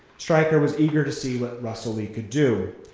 stryker was eager to see what russell lee could do.